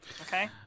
okay